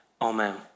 Amen